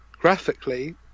graphically